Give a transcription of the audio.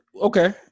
okay